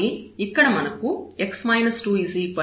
కాబట్టి ఇక్కడ మనకు x 2 21λ ఉంది